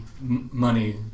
money